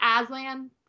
Aslan